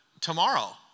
tomorrow